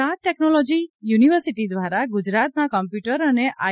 Gujarat technology university દ્વારા ગુજરાતના computer અને આઇ